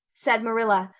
said marilla,